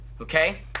Okay